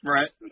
Right